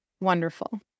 wonderful